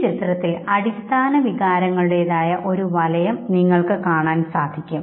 ഈ ചിത്രത്തിൽ അടിസ്ഥാനവികാരങ്ങളുടെതായ ഒരു വലയം നിങ്ങൾക്ക് കാണാൻ സാധിക്കും